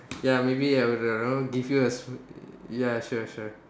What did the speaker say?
ya maybe I would you know give you a ya sure sure